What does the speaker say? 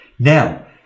Now